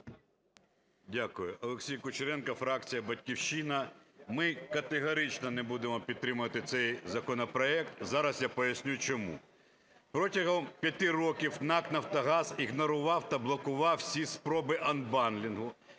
Дякую. Олексій Кучеренко, фракція "Батьківщина". Ми категорично не будемо підтримувати цей законопроект, зараз я поясню чому. Протягом 5 років НАК "Нафтогаз" ігнорував та блокував всі спроби анбандлінгу,